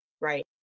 Right